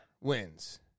wins